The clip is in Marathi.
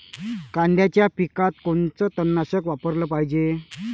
कांद्याच्या पिकात कोनचं तननाशक वापराले पायजे?